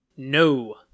No